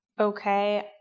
okay